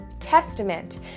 Testament